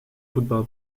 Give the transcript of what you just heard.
voetbal